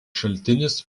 šaltinis